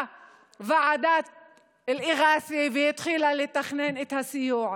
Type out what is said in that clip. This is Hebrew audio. ועדת אל-איראסי והתחילה לתכנן את הסיוע.